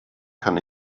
kann